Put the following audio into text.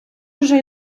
уже